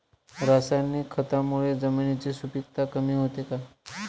रासायनिक खतांमुळे जमिनीची सुपिकता कमी होते का?